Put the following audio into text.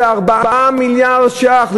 זה 4 מיליארד שקלים,